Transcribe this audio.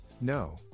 No